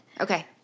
Okay